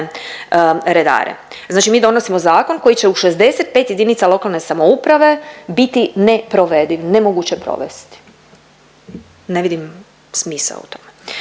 redare? Znači mi donosimo zakon koji će u 65 jedinica lokalne samouprave biti neprovediv, nemoguće provesti. Ne vidim smisao u tome.